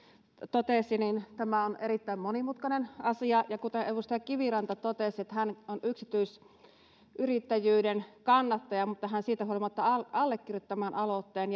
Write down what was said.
totesi niin tämä on erittäin monimutkainen asia ja kuten edustaja kiviranta totesi että hän on yksityisyrittäjyyden kannattaja mutta hän siitä huolimatta allekirjoitti tämän aloitteen